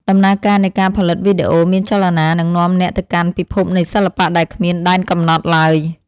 ដំណើរការនៃការផលិតវីដេអូមានចលនានឹងនាំអ្នកទៅកាន់ពិភពនៃសិល្បៈដែលគ្មានដែនកំណត់ឡើយ។